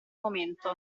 momento